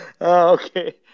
Okay